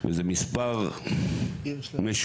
וזה מספר משוער.